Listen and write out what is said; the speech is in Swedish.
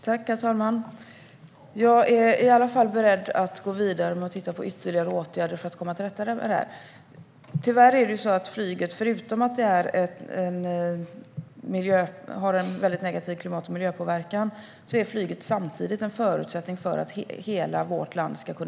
Herr talman! Jag är i alla fall beredd att gå vidare med att titta på ytterligare åtgärder för att komma till rätta med det här. Tyvärr är flyget, förutom att det har en negativ klimat och miljöpåverkan, samtidigt en förutsättning för att hela vårt land ska leva.